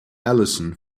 allison